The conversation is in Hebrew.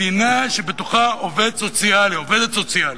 מדינה שבתוכה עובד סוציאלי, עובדת סוציאלית,